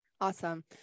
Awesome